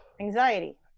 Anxiety